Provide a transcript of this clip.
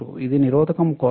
ఇది నిరోధకం కోసం